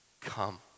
come